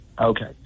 Okay